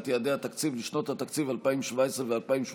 יעדי התקציב לשנות התקציב 2017 ו-2018)